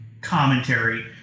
commentary